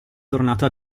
tornato